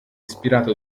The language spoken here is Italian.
ispirato